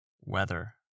weather